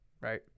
right